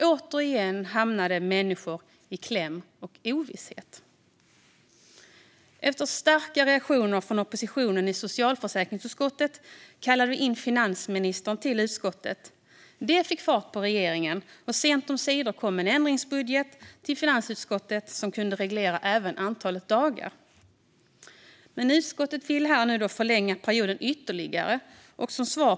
Återigen hamnade människor i kläm och ovisshet. Efter starka reaktioner från oppositionen i socialförsäkringsutskottet kallade vi in finansministern till utskottet. Det fick fart på regeringen. Sent omsider kom en ändringsbudget till finansutskottet, som kunde reglera även antalet dagar. Men utskottet vill förlänga perioden ytterligare.